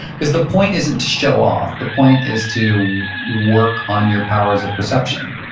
because the point isn't to show off. the point is to work on your powers of perception.